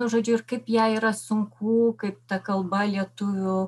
nu žodžiu ir kaip jai yra sunku kaip ta kalba lietuvių